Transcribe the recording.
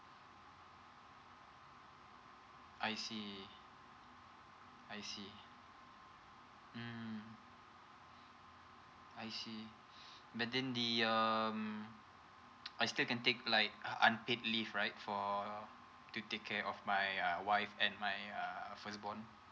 I see I see mm I see but then the um I still can take like a unpaid leave right for to take care of my uh my wife and my uh first born